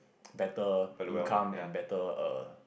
better income and better err